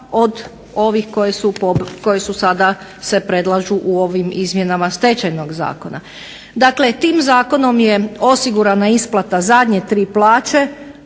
od ovih koje su sada se predlažu u ovim izmjenama Stečajnog zakona. Dakle, tim zakonom je osigurana isplata zadnje tri plaće,